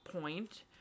point